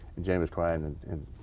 and jamie was crying. and and